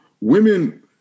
women